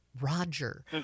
Roger